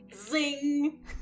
Zing